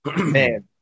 man